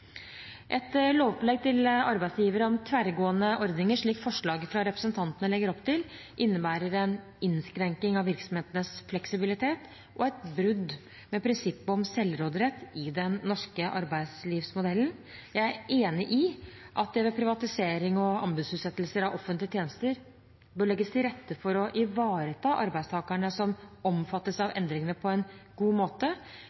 Et lovpålegg til arbeidsgivere om tverrgående ordninger, slik forslaget fra representantene legger opp til, innebærer en innskrenkning av virksomhetenes fleksibilitet og et brudd med prinsippet om selvråderett i den norske arbeidslivsmodellen. Jeg er enig i at det ved privatisering og anbudsutsettelser av offentlige tjenester bør legges til rette for å ivareta arbeidstakerne som omfattes av